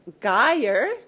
Geyer